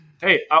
Hey